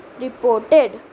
reported